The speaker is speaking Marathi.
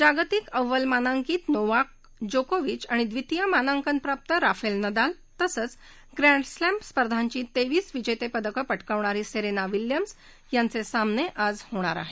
जागतिक अव्वल मांनांकित नोवाक जोकोविच आणि द्वितीय मानांकनप्राप्त राफेल नदाल तसंच ग्रँडस्लॅम स्पर्धांची तेवीस विजेतेपदं प किावणारी सेरेना विल्यम्स यांचे सामने आज होणार आहेत